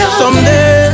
someday